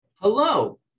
Hello